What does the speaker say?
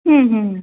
হুম হুম